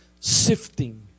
sifting